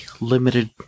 limited